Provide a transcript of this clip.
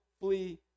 flee